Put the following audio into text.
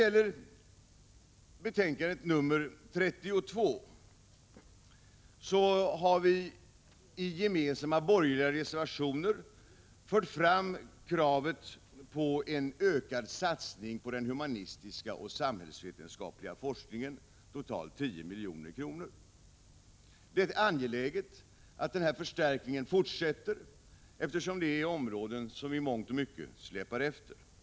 Till betänkande 32 har gemensamma borgerliga reservationer fogats i vilka vi ställer krav på en ökad satsning på totalt 10 milj.kr. på den humanistiska och samhällsvetenskapliga forskningen. Det är angeläget att denna förstärkning fortsätter, eftersom det är områden som i mångt och mycket släpar efter. Herr talman!